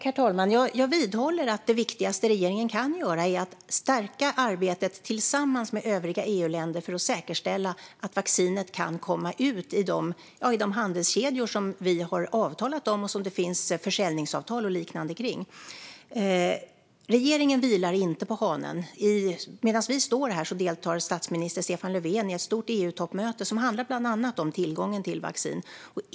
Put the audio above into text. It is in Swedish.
Herr talman! Jag vidhåller att det viktigaste regeringen kan göra är att stärka arbetet tillsammans med övriga EU-länder för att säkerställa att vaccinet kan komma ut i de handelskedjor som vi har avtalat om och som det finns försäljningsavtal och liknande kring. Regeringen vilar inte på hanen. Medan vi står här deltar statsminister Stefan Löfven i ett stort EU-toppmöte som bland annat handlar om tillgången till vaccin.